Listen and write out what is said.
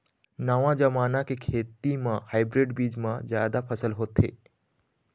नवा जमाना के खेती म हाइब्रिड बीज म जादा फसल होथे